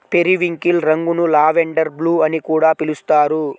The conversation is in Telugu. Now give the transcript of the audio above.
పెరివింకిల్ రంగును లావెండర్ బ్లూ అని కూడా పిలుస్తారు